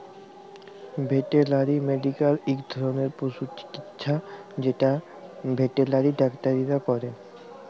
veterinary medical ইক ধরলের পশু চিকিচ্ছা যেট ভেটেলারি ডাক্তাররা ক্যরে